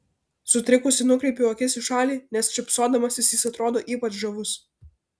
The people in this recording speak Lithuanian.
sutrikusi nukreipiu akis į šalį nes šypsodamasis jis atrodo ypač žavus